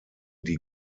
die